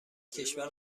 کشور